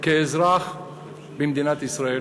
כאזרח במדינת ישראל